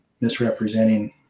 misrepresenting